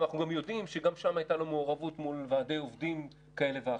אנחנו יודעים שגם שם הייתה לו מעורבות מול ועדי עובדים כאלה ואחרים.